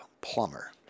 plumber